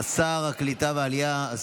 שר הקליטה והעלייה,